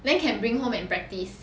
then can bring home and practice